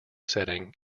setting